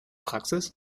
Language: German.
praxis